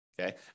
Okay